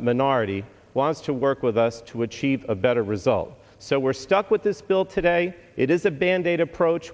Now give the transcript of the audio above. minority wants to work with us to achieve a better result so we're stuck with this bill today it is a band aid approach